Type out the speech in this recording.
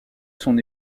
son